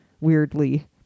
weirdly